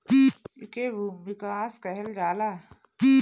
एके भूमि विकास बैंक कहल जाला